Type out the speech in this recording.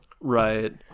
right